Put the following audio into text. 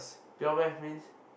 pure maths means